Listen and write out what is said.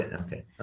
Okay